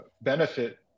benefit